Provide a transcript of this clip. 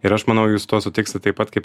ir aš manau jūs su tuo sutiksit taip pat kaip